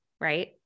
Right